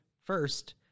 first